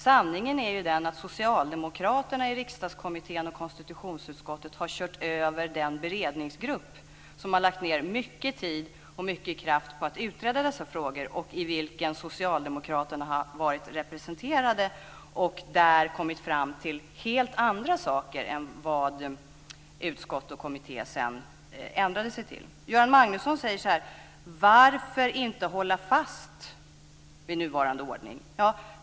Sanningen är den att socialdemokraterna i Riksdagskommittén och konstitutionsutskottet har kört över den beredningsgrupp som har lagt ned mycket tid och kraft på att utreda dessa frågor och i vilken socialdemokraterna har varit representerade och där kommit fram till helt andra saker än vad utskott och kommitté har ändrat sig till. Göran Magnusson undrar varför vi inte ska hålla fast vid nuvarande ordning.